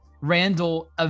Randall